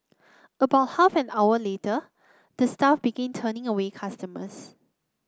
about half an hour later the staff began turning away customers